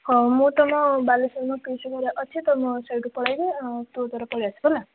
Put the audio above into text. ହେଉ ମୁଁ ତ ମୋ ବାଲେଶ୍ୱର ମୋ ପିଉସି ଘରେ ଅଛି ତ ମୁଁ ସେଇଠୁ ପଳେଇବି ଆଉ ତୁ ତୋର ପଳେଇ ଆସିବୁ ହେଲା